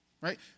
Right